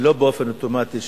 ולא באופן אוטומטי